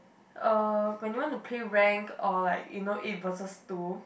uh when you want to play ranked or like you know eight versus two